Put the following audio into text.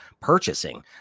purchasing